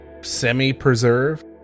semi-preserved